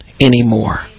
anymore